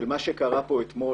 למה שקרה פה אתמול,